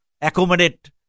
accommodate